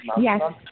yes